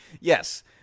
Yes